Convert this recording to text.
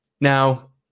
Now